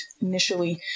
initially